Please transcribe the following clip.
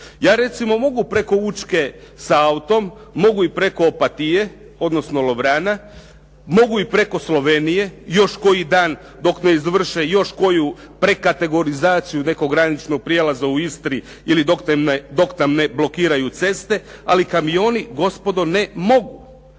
Ja recimo mogu preko Učke sa autom, mogu i preko Opatije, odnosno Lovrana, mogu i preko Slovenije još koji dan dok ne izvrše još koju prekategorizaciju nekog graničnog prijelaza u Istri ili dok nam ne blokiraju ceste. Ali kamioni gospodo ne mogu.